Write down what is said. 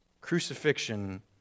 Crucifixion